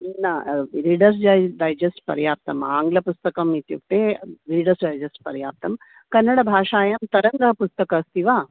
न Reader's Digest पर्याप्तम् आङ्गलपुस्तकम् इत्युक्ते रिडर्स् डैजस्ट् पर्याप्तं कन्नडभाषायां तरङ्गपुस्तक अस्ति वा